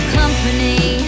company